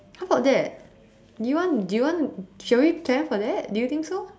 how about that do you want do you want shall we plan for that do you think so